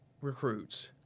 recruits